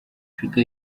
afurika